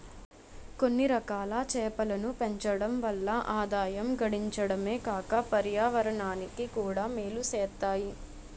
కొన్నిరకాల చేపలను పెంచడం వల్ల ఆదాయం గడించడమే కాక పర్యావరణానికి కూడా మేలు సేత్తాయి